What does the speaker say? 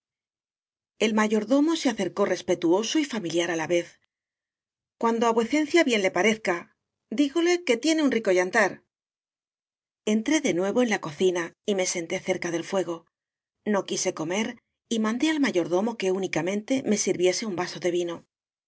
el mayordomo se acercó respetuoso y fa miliar á la vez cuando á vuecencia bien le parezca dígole que tiene un rico yantar entré de nuevo en la cocina y me senté cerca del fuego no quise comer y mandé al mayordomo que únicamete me sirviese un vaso de vino